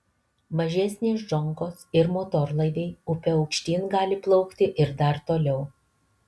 mažesnės džonkos ir motorlaiviai upe aukštyn gali plaukti ir dar toliau